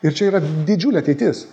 ir čia yra didžiulė ateitis